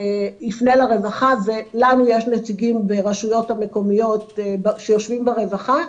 יפנה לרווחה ולנו יש נציגים ברשויות המקומיות שיושבים ברווחה,